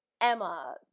Emma